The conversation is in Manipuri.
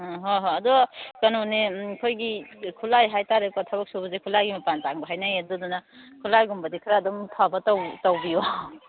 ꯑꯥ ꯍꯣꯏ ꯍꯣꯏ ꯑꯗꯨ ꯀꯩꯅꯣꯅꯦ ꯑꯩꯈꯣꯏꯒꯤ ꯈꯨꯠꯂꯥꯏ ꯍꯥꯛꯇꯥꯔꯦ ꯊꯕꯛ ꯁꯨꯕꯁꯦ ꯈꯨꯠꯂꯥꯏꯒꯤ ꯃꯄꯥꯟ ꯇꯥꯡꯕ ꯍꯥꯏꯅꯩ ꯑꯗꯨꯗꯨꯅ ꯈꯨꯠꯂꯥꯏꯒꯨꯝꯕꯗꯤ ꯈꯔ ꯑꯗꯨꯝ ꯐꯕ ꯇꯧꯕꯤꯌꯣ